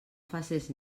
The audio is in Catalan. faces